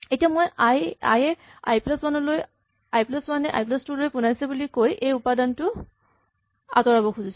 এতিয়া মই I A I plus one লৈ I plus one A I plus two লৈ পোনাইছে বুলি কৈ এই উপাদানটো আঁতৰাব খুজিছো